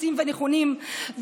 בסיסיים ונכונים,